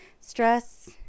stress